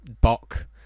Bok